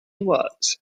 was